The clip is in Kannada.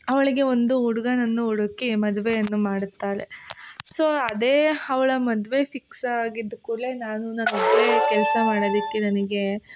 ಅವಳಿಗೆ ಒಂದು ಹುಡುಗನನ್ನು ಹುಡುಕಿ ಮದುವೆಯನ್ನು ಮಾಡುತ್ತಾರೆ ಸೊ ಅದೇ ಅವ್ಳ ಮದುವೆ ಫಿಕ್ಸ್ ಆಗಿದ್ದ ಕೂಡಲೆ ನಾನು ನಾನು ಒಬ್ಬಳೇ ಕೆಲಸ ಮಾಡೋದಕ್ಕೆ ನನಗೆ